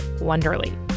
Wonderly